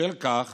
בשל כך